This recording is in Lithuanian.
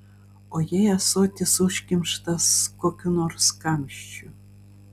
o jei ąsotis užkimštas kokiu nors kamščiu